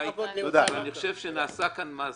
אין נמנעים,